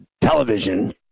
television